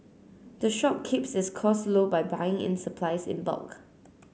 the shop keeps its costs low by buying in supplies in bulk